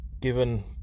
given